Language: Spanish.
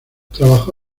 trabajó